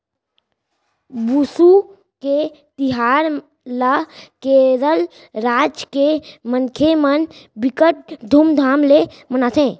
बिसु के तिहार ल केरल राज के मनखे मन बिकट धुमधाम ले मनाथे